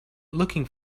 looking